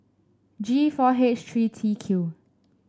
G four H three T Q